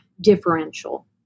differential